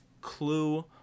clue